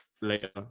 later